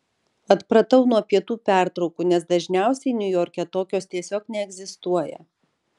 atpratau nuo pietų pertraukų nes dažniausiai niujorke tokios tiesiog neegzistuoja